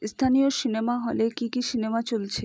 স্থানীয় সিনেমা হলে কি কি সিনেমা চলছে